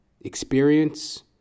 experience